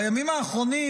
בימים האחרונים,